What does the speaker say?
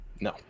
No